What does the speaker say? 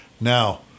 Now